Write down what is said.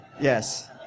Yes